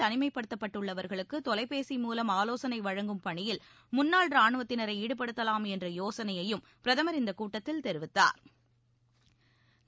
தனிமைப்படுத்தபட்டுள்ளவர்களுக்குதொலைபேசி வீடுகளில் மூலம் பணியில் முன்னாள் ராணுவத்தினரைஈடுபடுத்தவாம் என்றயோசனையையும் பிரதமா் இந்தக் கூட்டத்தில் தெரிவித்தாா்